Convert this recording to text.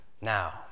Now